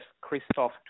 Christophe